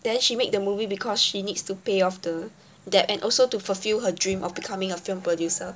then she make the movie because she needs to pay off the debt and also to fulfill her dream of becoming a film producer